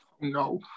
No